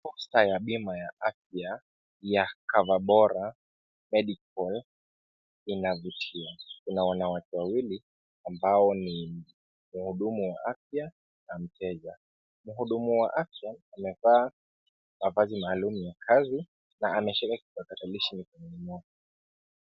Posta ya bima ya afya ya COVERBORA MEDICAL inavutia na watu wawili ambao ni wahudumu wa afya na mteja. Mhudumu wa afya amevaa mavazi maalum ya kazi na anashiriki kwa patilishi hii.